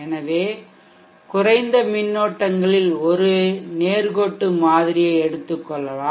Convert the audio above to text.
எனவே குறைந்த மின்னோட்டங்களில் ஒரு நேர்கோட்டு மாதிரியை எடுத்துக்கொள்ளலாம்